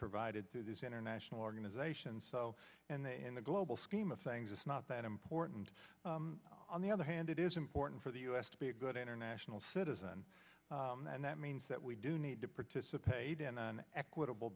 provided to these international organizations so in the global scheme of things it's not that important on the other hand it is important for the us to be a good international citizen and that means that we do need to participate in an equitable